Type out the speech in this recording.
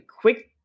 quick